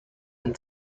and